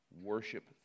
worship